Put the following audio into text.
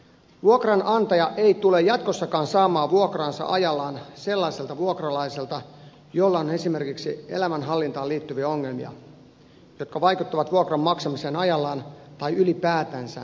vuokranantaja ei tule jatkossakaan saamaan vuokraansa ajallaan sellaiselta vuokralaiselta jolla on esimerkiksi elämänhallintaan liittyviä ongelmia jotka vaikuttavat vuokran maksamiseen ajallaan tai ylipäätänsä sen maksamiseen